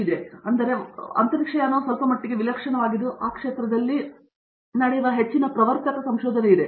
ಆದ್ದರಿಂದ ವಾಸ್ತವವಾಗಿ ಅಂತರಿಕ್ಷಯಾನವು ಸ್ವಲ್ಪಮಟ್ಟಿಗೆ ವಿಲಕ್ಷಣವಾಗಿದ್ದು ಈ ಕ್ಷೇತ್ರದಲ್ಲಿ ನಡೆಯುವ ಹೆಚ್ಚಿನ ಪ್ರವರ್ತಕ ಸಂಶೋಧನೆ ಇದೆ